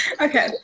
Okay